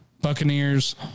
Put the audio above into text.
Buccaneers